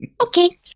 Okay